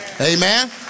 Amen